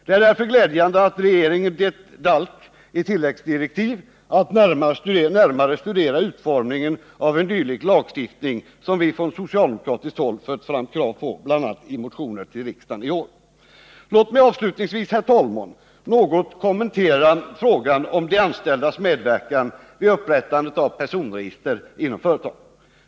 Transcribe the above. Det är därför glädjande att regeringen gett DALK i tilläggsdirektiv att närmare studera utformningen av en dylik lagstiftning, något som vi från socialdemokratiskt håll framfört krav på, bl.a. i motionen till riksdagen i år. Låt mig avslutningsvis, herr talman, något kommentera frågan om de anställdas medverkan vid upprättande av personregister inom företagen.